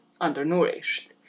undernourished